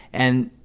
and,